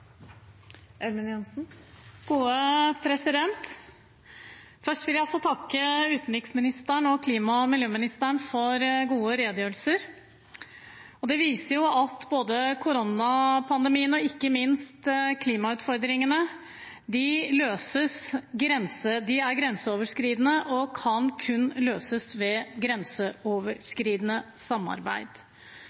Først vil jeg takke utenriksministeren og klima- og miljøministeren for gode redegjørelser. De viser at både koronapandemien og ikke minst klimautfordringene er grenseoverskridende og kun kan løses ved grenseoverskridende samarbeid.